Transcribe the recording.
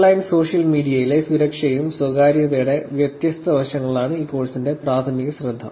online social മീഡിയയിലെ സുരക്ഷയുടെയും സ്വകാര്യതയുടെയും വ്യത്യസ്ത വശങ്ങളാണ് ഈ കോഴ്സിന്റെ പ്രാഥമിക ശ്രദ്ധ